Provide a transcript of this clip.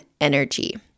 energy